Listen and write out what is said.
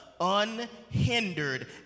unhindered